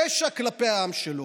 פשע כלפי העם שלו.